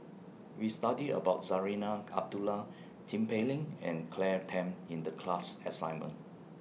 We studied about Zarinah Abdullah Tin Pei Ling and Claire Tham in The class assignment